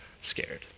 scared